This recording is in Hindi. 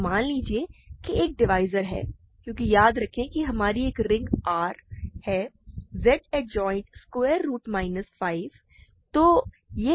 तो मान लीजिए कि एक डिवाइज़र है क्योंकि याद रखें कि हमारी एक रिंग R है Z adjoint square root minus 5